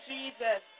Jesus